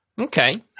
Okay